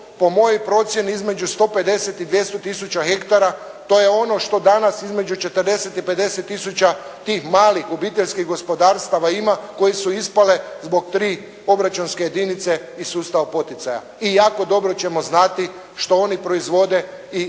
po mojoj procjeni između 150 i 200 tisuća hektara, to je ono što danas između 40 i 50 tisuća tih malih obiteljskih gospodarstava ima, koje su ispale zbog tri obračunske jedinice iz sustava poticaja i jako dobro ćemo znati što oni proizvode i